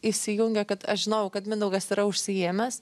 įsijungia kad aš žinojau kad mindaugas yra užsiėmęs